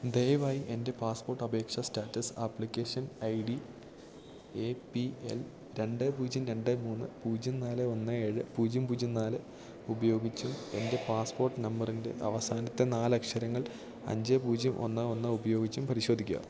ദയവായി എന്റെ പാസ്പോര്ട്ടപേക്ഷാ status application I D A P L രണ്ട് പൂജ്യം രണ്ട് മൂന്ന് പൂജ്യം നാല് ഒന്ന് ഏഴ് പൂജ്യം പൂജ്യം നാല് ഉപയോഗിച്ചും എന്റെ പാസ്പോര്ട്ട് നമ്പറിന്റെ അവസാനത്തെ നാലക്ഷരങ്ങൾ അഞ്ച് പൂജ്യം ഒന്ന് ഒന്ന് ഉപയോഗിച്ചും പരിശോധിക്കുക